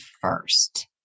first